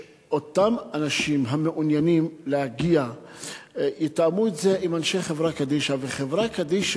שאותם אנשים המעוניינים להגיע יתאמו את זה עם אנשי חברה קדישא,